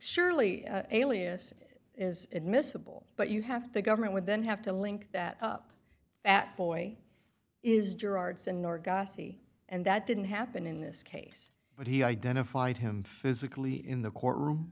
surely alias is admissible but you have to government would then have to link that up at four way is gerard sonora gussy and that didn't happen in this case but he identified him physically in the courtroom